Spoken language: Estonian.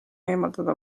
eemaldada